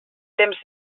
temps